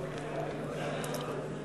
(קוראת בשמות חברי הכנסת)